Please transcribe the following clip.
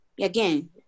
again